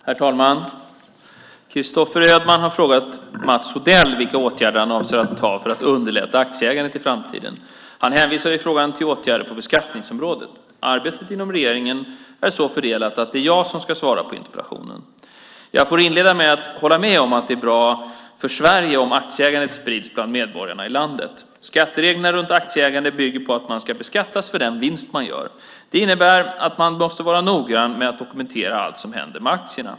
Herr talman! Christopher Ödmann har frågat Mats Odell vilka åtgärder han avser att vidta för att underlätta aktieägandet i framtiden. Han hänvisar i frågan till åtgärder på beskattningsområdet. Arbetet inom regeringen är så fördelat att det är jag som ska svara på interpellationen. Jag får inleda med att hålla med om att det är bra för Sverige om aktieägandet sprids bland medborgarna i landet. Skattereglerna runt aktieägande bygger på att man ska beskattas för den vinst man gör. Det innebär att man måste vara noggrann med att dokumentera allt som händer med aktierna.